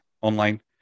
online